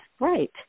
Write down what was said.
right